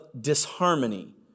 disharmony